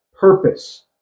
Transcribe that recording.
purpose